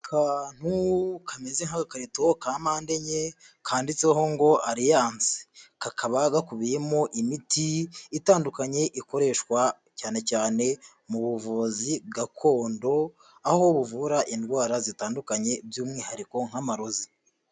Akantu kameze nk'agakarito ka mpande ye kanditseho ngo aliyanse, kakaba gakubiyemo imiti itandukanye ikoreshwa cyane cyane mu buvuzi gakondo, aho buvura indwara zitandukanye by'umwihariko nk'amarozi.